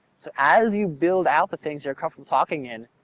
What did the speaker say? so as you build out the things you're comfortable talking in,